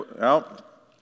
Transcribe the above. out